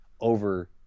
over